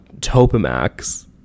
Topamax